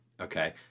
Okay